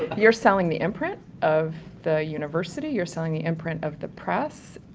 you're selling the imprint of the university you're selling the imprint of the press.